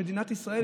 מדינת ישראל,